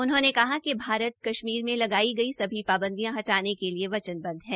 उन्होंने कहा कि भारत कश्मीर में लगाई गई सभी पाबंदियां हटाने के लिए वचनबद्ध है